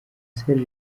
serge